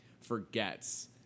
forgets